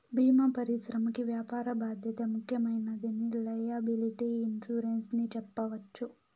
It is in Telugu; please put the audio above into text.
భీమా పరిశ్రమకి వ్యాపార బాధ్యత ముఖ్యమైనదిగా లైయబిలిటీ ఇన్సురెన్స్ ని చెప్పవచ్చు